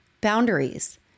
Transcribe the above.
boundaries